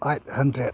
eight hundred